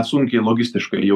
sunkiai logistiškai jau